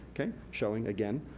showing again,